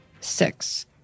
six